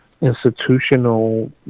institutional